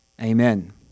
Amen